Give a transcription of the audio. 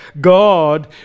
God